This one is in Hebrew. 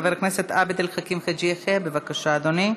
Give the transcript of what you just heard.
חבר הכנסת עבד אל חכים חאג' יחיא, בבקשה, אדוני.